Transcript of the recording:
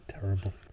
terrible